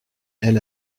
elle